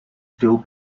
still